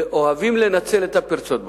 ואוהבים לנצל את הפרצות בחוק.